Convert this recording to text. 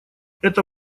это